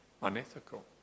unethical